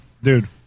dude